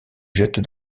jette